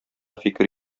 фикер